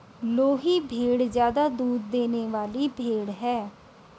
लोही भेड़ ज्यादा दूध देने वाली भेड़ है